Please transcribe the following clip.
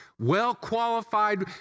well-qualified